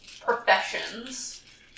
professions